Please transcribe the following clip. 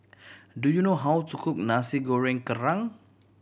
do you know how to cook Nasi Goreng Kerang